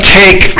take